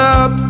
up